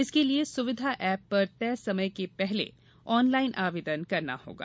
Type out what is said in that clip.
इसके लिये सुविधा एप पर तय समय के पूर्व ऑनलाइन आवेदन करना होगा